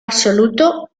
absoluto